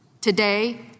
Today